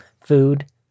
food